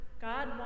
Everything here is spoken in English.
God